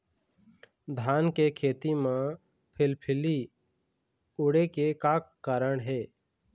धान के खेती म फिलफिली उड़े के का कारण हे?